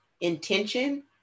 intention